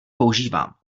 používám